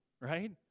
right